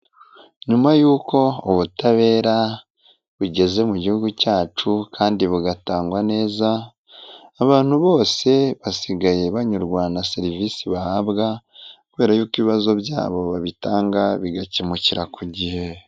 Nyuma y'uko ubutabera bugeze mu gihugu cyacu kandi bugatangwa neza abantu bose basigaye banyurwa na serivisi bahabwa kubera yuko ibibazo byabo babitanga bigakemukira ku gihe.